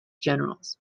generals